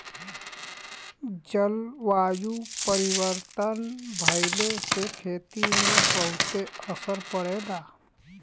जलवायु परिवर्तन भइले से खेती पे बहुते असर पड़ला